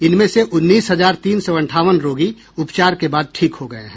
इनमें से उन्नीस हजार तीन सौ अंठावन रोगी उपचार के बाद ठीक हो गये हैं